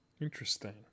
Interesting